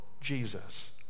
Jesus